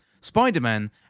Spider-Man